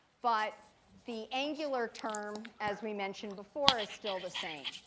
but the angular term, as we mentioned before, is still the same.